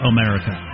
America